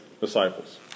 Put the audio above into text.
disciples